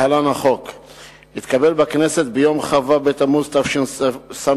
התקבל בכנסת ביום כ"ו בתמוז התשס"ח,